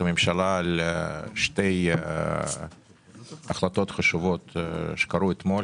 הממשלה על שתי החלטות חשובות שקרו אתמול.